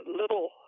little